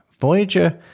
Voyager